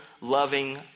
loving